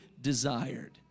desired